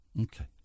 Okay